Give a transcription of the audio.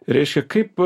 reiškia kaip